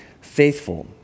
faithful